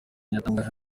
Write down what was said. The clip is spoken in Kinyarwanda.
yatangaje